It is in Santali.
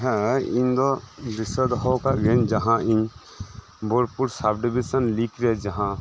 ᱦᱮᱸ ᱤᱧ ᱫᱚ ᱫᱤᱥᱟᱹ ᱫᱚᱦᱚᱣᱟᱠᱟᱫ ᱜᱮᱭᱟᱹᱧ ᱡᱟᱦᱟᱸ ᱤᱧ ᱵᱳᱞᱯᱩᱨ ᱥᱟᱵᱽ ᱰᱤᱵᱤᱥᱮᱱ ᱞᱤᱜ ᱨᱮ ᱡᱟᱦᱟᱸ